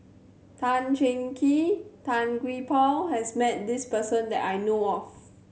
Tan Cheng Kee Tan Gee Paw has met this person that I know of